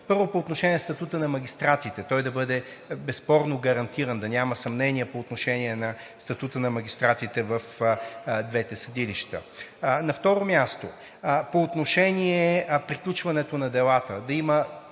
Първо, по отношение статута на магистратите – той да бъде безспорно гарантиран, да няма съмнения по отношение статута на магистратите в двете съдилища. На второ място, по отношение приключването на делата